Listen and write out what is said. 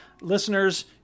listeners